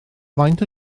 faint